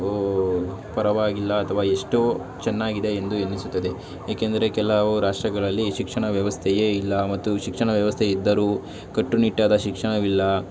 ಪರವಾಗಿಲ್ಲ ಅಥವಾ ಎಷ್ಟೋ ಚೆನ್ನಾಗಿದೆ ಎಂದು ಎನಿಸುತ್ತದೆ ಏಕೆಂದರೆ ಕೆಲವು ರಾಷ್ಟ್ರಗಳಲ್ಲಿ ಈ ಶಿಕ್ಷಣ ವ್ಯವಸ್ಥೆಯೇ ಇಲ್ಲ ಮತ್ತು ಶಿಕ್ಷಣ ವ್ಯವಸ್ಥೆ ಇದ್ದರೂ ಕಟ್ಟುನಿಟ್ಟಾದ ಶಿಕ್ಷಣವಿಲ್ಲ